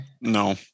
No